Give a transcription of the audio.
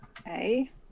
Okay